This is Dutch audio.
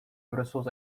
brussels